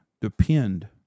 depend